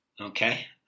Okay